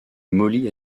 molly